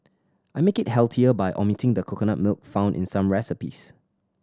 I make it healthier by omitting the coconut milk found in some recipes